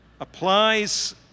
applies